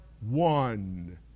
one